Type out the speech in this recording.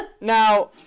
Now